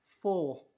four